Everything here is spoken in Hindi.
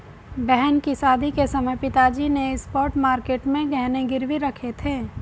बहन की शादी के समय पिताजी ने स्पॉट मार्केट में गहने गिरवी रखे थे